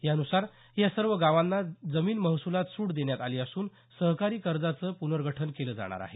यानुसार या सर्व गावांना जमीन महसूलात सूट देण्यात आली असून सहकारी कर्जाचं पूर्नगठण केलं जाणार आहे